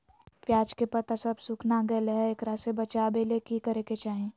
प्याज के पत्ता सब सुखना गेलै हैं, एकरा से बचाबे ले की करेके चाही?